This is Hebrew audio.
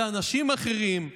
באנשים אחרים,